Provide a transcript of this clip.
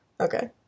Okay